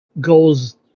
goes